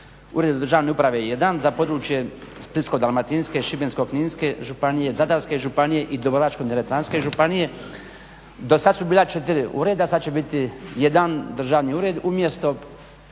uredu državne uprave jedan za područje Splitsko-dalmatinske, Šibensko-kninske županije, Zadarske županije i Dubrovačko-neretvanske županije do sada su bila 4 ureda sada će biti 1 državni ured umjesto